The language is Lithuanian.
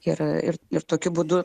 ir ir ir tokiu būdu